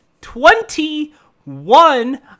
Twenty-one